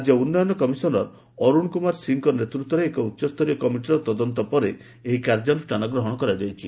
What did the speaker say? ରାଜ୍ୟ ଉନ୍ନୟନ କମିଶନର ଅରୁଣ କୁମାର ସିଂହଙ୍କ ନେତୃତ୍ୱରେ ଏକ ଉଚ୍ଚସ୍ତରୀୟ କମିଟିର ତଦନ୍ତ ପରେ ଏହି କାର୍ଯ୍ୟାନୁଷ୍ଠାନ ଗ୍ରହଣ କରାଯାଇଛି